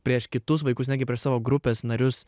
prieš kitus vaikus netgi per savo grupės narius